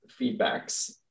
feedbacks